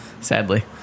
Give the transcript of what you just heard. Sadly